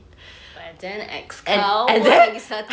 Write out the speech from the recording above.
but then ex kau yang lagi satu